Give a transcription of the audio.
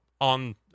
on